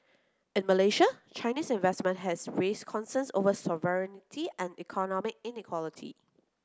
in Malaysia Chinese investment has raised concerns over sovereignty and economic inequality